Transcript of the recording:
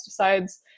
pesticides